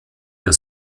der